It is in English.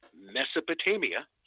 Mesopotamia